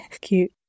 Cute